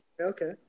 Okay